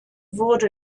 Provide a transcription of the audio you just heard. wurde